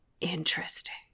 Interesting